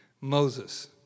Moses